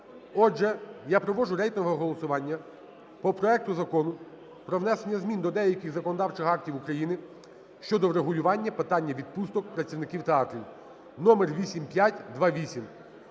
Отже, я проводжу рейтингове голосування по проекту Закону про внесення змін до деяких законодавчих актів України щодо врегулювання питання відпусток працівників театрів (№8528).